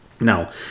Now